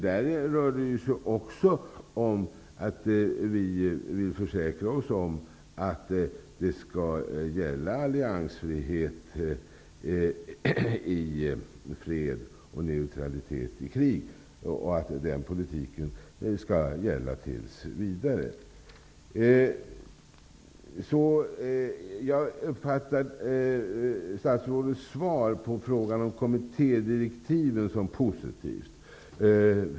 Där vill vi försäkra oss om att det skall gälla alliansfrihet i fred och neutralitet i krig och att den politiken skall gälla tills vidare. Jag uppfattar statsrådets svar på frågan om kommittédirektiven som positivt.